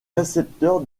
récepteurs